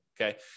okay